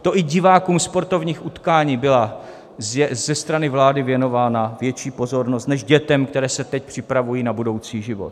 To i divákům sportovních utkání byla ze strany vlády věnována větší pozornost než dětem, které se teď připravují na budoucí život.